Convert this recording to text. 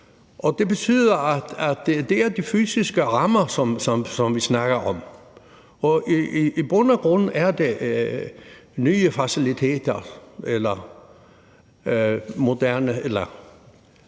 Det betyder, at det er de fysiske rammer, som vi snakker om. I bund og grund er det nye faciliteter eller moderne